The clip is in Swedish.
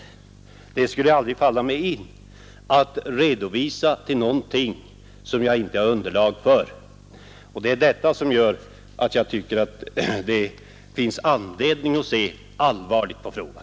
Det skulle aldrig falla mig in att redovisa någonting som jag inte har underlag för. Det är detta som gör att jag tycker att det finns anledning att se allvarligt på frågan.